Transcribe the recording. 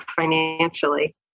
financially